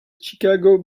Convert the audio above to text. chicago